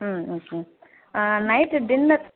ம் okay night dinner